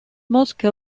moltke